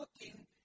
looking